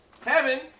heaven